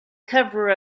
cover